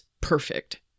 perfect